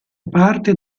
parte